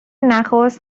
نخست